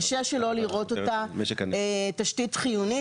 קשה שלא לראות אותה תשתית חיונית,